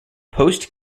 post